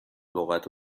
لغت